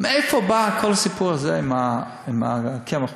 מאיפה בא כל הסיפור הזה של הקמח המלא.